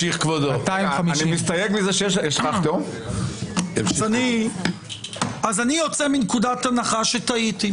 250. אז אני יוצא מתוך נקודת הנחה שטעיתי,